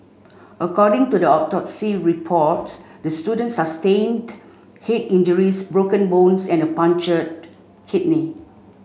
according to the reports the student sustained head injuries broken bones and a punctured kidney